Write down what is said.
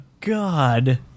God